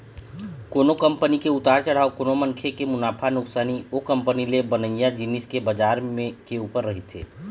कोनो कंपनी के उतार चढ़ाव कोनो मनखे के मुनाफा नुकसानी ओ कंपनी ले बनइया जिनिस के बजार के ऊपर रहिथे